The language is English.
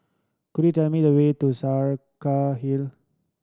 could you tell me the way to Saraca Hill